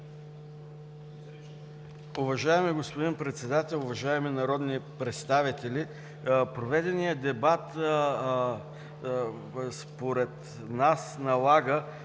Уважаеми господин Председател, уважаеми народни представители! Проведеният дебат според нас налага